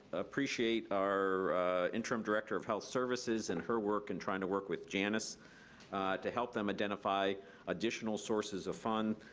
appreciate our interim director of health services and her work and trying to work with janice to help them identify additional sources of funds.